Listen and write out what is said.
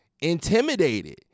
intimidated